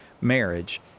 marriage